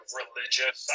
religious